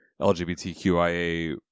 LGBTQIA